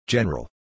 General